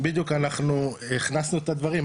בדיוק אנחנו הכנסנו את הדברים,